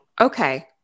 okay